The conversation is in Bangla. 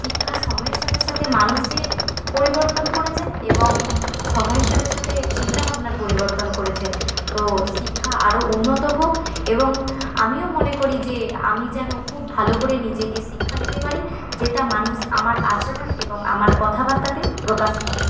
শিক্ষা সময়ের সাথে সাথে মানুষের পরিবর্তন করেছেন এবং সময়ের সাথে সাথে চিন্তাভাবনার পরিবর্তন করেছে তো শিক্ষা আরো উন্নত হোক এবং আমিও মনে করি যে আমি যেন খুব ভালো করে নিজেকে শিক্ষা দিতে পারি যেটা মানুষ আমার আচরণ এবং আমার কথাবার্তাতে প্রকাশ পাবে